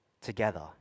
together